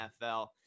NFL